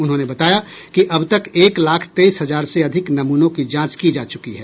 उन्होंने बताया कि अब तक एक लाख तेईस हजार से अधिक नमूनों की जांच की जा चुकी है